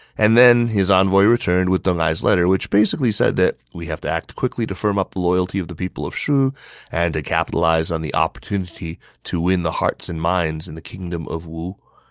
and then, his envoy returned with deng ai's letter, which basically said that we have to act quickly to firm up the loyalty of the people of shu and to capitalize on the opportunity to win hearts and minds in the kingdom of wu.